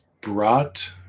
brought